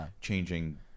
changing